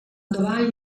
quando